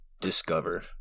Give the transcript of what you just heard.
discover